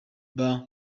group